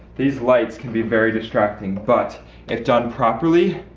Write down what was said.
these lights can be very distracting but if done properly